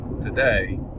today